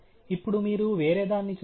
ఇప్పుడు మీరు వేరేదాన్ని చూస్తారు